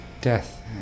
death